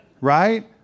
right